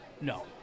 No